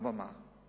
אבל, מה?